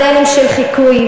אם מדברים על מודלים לחיקוי.